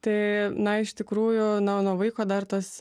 tai na iš tikrųjų nuo nuo vaiko dar tos